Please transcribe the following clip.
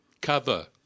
cover